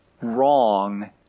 wrong